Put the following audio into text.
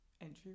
entry